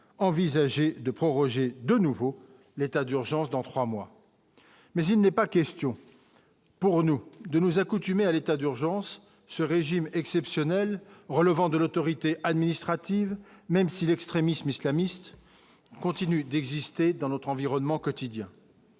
envisager de proroger de nouveau l'état d'urgence dans 3 mois, mais il n'est pas question pour nous de nous accoutumer à l'état d'urgence ce régime exceptionnel relevant de l'autorité administrative, même si l'extrémisme islamiste continue d'exister dans notre environnement quotidien,